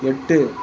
எட்டு